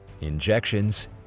injections